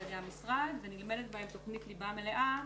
ידי המשרד ונלמדת בהם תוכנית ליבה מלאה,